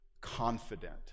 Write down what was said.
confident